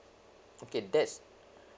okay that's